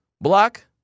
block